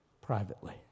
privately